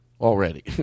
Already